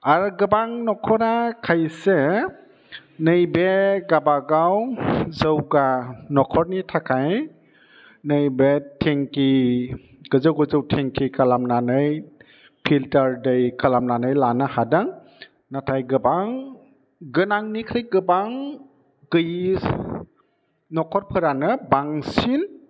आरो गोबां नखरा खायसे नैबे गाबागाव जौगा नखरनि थाखाय नैबे टेंकि गोजौ गोजौ टेंकि खालामनानै फिल्टार दै खालामनानै लानो हादों नाथाय गोबां गोनांनिख्रुइ गोबां गैयै नखरफोरानो बांसिन